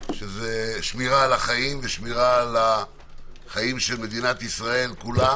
שמירה על החיים ושמירה על חיי מדינת ישראל כולה